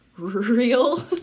Real